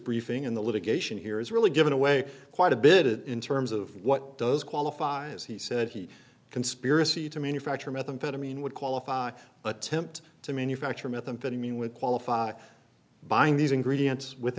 briefing in the litigation here is really given away quite a bit in terms of what does qualify as he said he conspiracy to manufacture methamphetamine would qualify attempt to manufacture methamphetamine would qualify buying these ingredients with